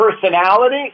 personality